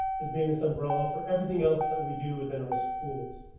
is being this umbrella for everything else that we do within our schools.